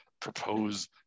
propose